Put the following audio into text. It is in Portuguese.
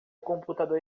computador